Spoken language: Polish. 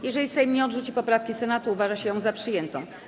Jeżeli Sejm nie odrzuci poprawki Senatu, uważa się ją za przyjętą.